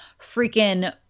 freaking